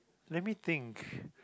let me think